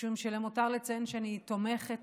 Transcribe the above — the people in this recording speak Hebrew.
משום שלמותר לציין שאני תומכת